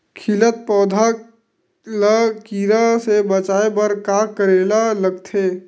खिलत पौधा ल कीरा से बचाय बर का करेला लगथे?